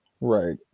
right